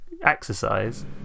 exercise